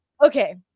Okay